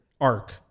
arc